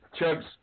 Chugs